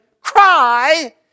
cry